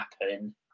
happen